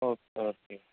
okay okay